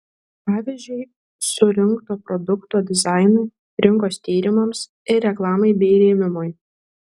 pavyzdžiui surinkto produkto dizainui rinkos tyrimams ir reklamai bei rėmimui